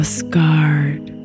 scarred